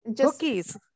cookies